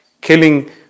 killing